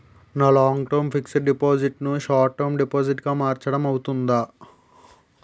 నా long term fixed deposit ను short term deposit గా మార్చటం అవ్తుందా?